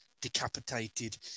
Decapitated